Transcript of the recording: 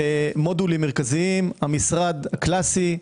המודולים המרכזיים, המשרד הקלאסי.